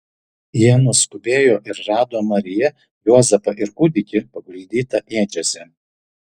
jie nuskubėjo ir rado mariją juozapą ir kūdikį paguldytą ėdžiose